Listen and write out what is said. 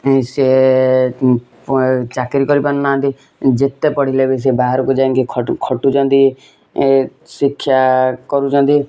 ସେ ଚାକିରୀ କରି ପାରୁନାହାଁନ୍ତି ଯେତେ ପଢ଼ିଲେ ବି ସେ ବାହାରକୁ ଯାଇକି ଖଟୁଛନ୍ତି ଶିକ୍ଷା କରୁଛନ୍ତି